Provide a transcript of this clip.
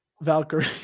Valkyrie